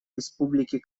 республики